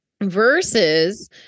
Versus